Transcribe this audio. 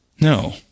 No